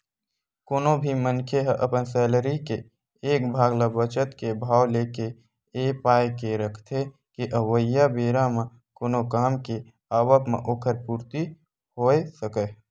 कोनो भी मनखे ह अपन सैलरी के एक भाग ल बचत के भाव लेके ए पाय के रखथे के अवइया बेरा म कोनो काम के आवब म ओखर पूरति होय सकय